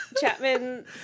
Chapman